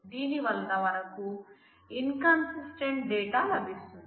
దీని వలన మనకు ఇంకన్సిస్టెంట్ డేటా లభిస్తుంది